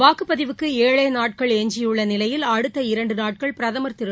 வாக்குப்பதிவுக்கு ஏழே நாட்கள் எஞ்சியுள்ள நிலையில் அடுத்த இரண்டு நாட்கள் பிரதமா் திரு